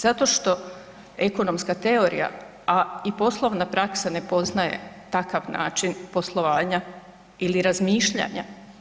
Zato što ekonomska teorija, a i poslovna praksa ne poznaje takav način poslovanja ili razmišljanja.